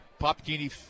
Popkini